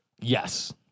Yes